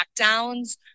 lockdowns